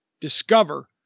discover